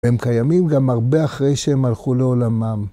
והם קיימים גם הרבה אחרי שהם הלכו לעולמם.